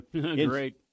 Great